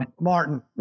Martin